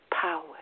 power